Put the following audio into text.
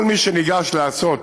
כל מי שניגש לעשות